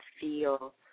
feel